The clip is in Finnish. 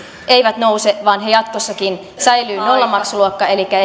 eivät nouse vaan jatkossakin säilyy nollamaksuluokka elikkä